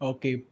Okay